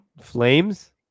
Flames